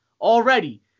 already